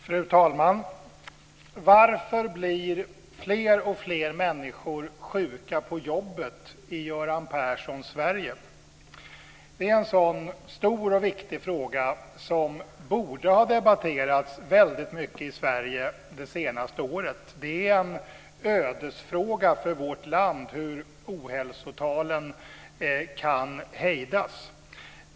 Fru talman! Varför blir fler och fler människor sjuka på jobbet i Göran Perssons Sverige? Det är en stor och viktig fråga som borde ha debatterats väldigt mycket i Sverige under det senaste året. Hur ohälsotalens utveckling kan hejdas är en ödesfråga för vårt land.